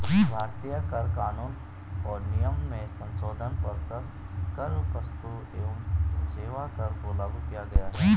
भारतीय कर कानून और नियम में संसोधन कर क्स्तु एवं सेवा कर को लागू किया गया है